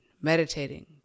meditating